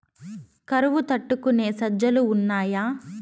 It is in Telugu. కరువు తట్టుకునే సజ్జలు ఉన్నాయా